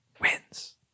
wins